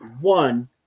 one